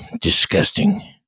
disgusting